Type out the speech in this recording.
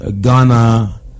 Ghana